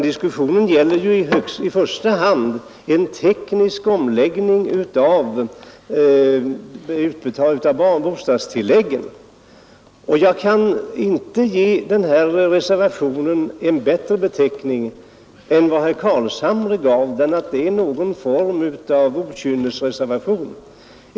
Diskussionen gäller i första hand en teknisk omläggning av bostadstilläggen. Jag kan inte ge den här reservationen en bättre beteckning än vad herr Carlshamre gjorde: den är ett slags okynnesreservation.